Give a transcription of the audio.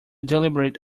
deliberate